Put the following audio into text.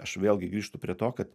aš vėlgi grįžtu prie to kad